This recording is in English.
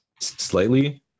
slightly